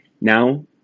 Now